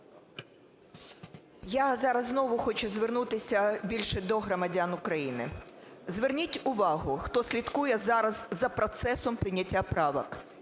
Я зараз знову хочу звернутися, більше до громадян України. Зверніть увагу, хто слідкує зараз за процесом прийняття правок,